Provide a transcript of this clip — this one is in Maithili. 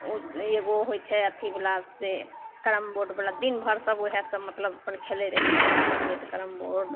ओ एगो होइ छै अथीवला से कैरम बोर्डवला दिनभरि सभ वएहसब मतलब अपन खेलै रहिए छोटा रहिए तऽ कैरम बोर्ड